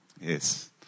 Yes